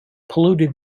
polluted